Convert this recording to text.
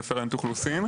רפרנט אוכלוסין.